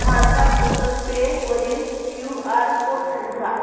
माझा गुगल पेवरील Q R code उघडा